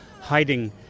hiding